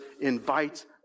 invites